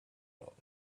dollars